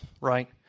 right